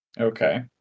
okay